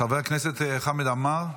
חבר הכנסת חמד עמאר,